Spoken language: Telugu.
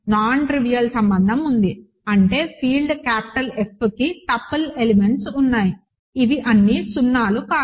నాన్ట్రివియల్ సంబంధం ఉంది అంటే ఫీల్డ్ క్యాపిటల్ Fకి టపుల్ ఎలిమెంట్స్ ఉన్నాయి ఇవి అన్ని 0లు కాదు